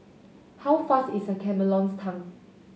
how fast is a chameleon's tongue